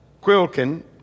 Quilkin